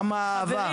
כמה אהבה.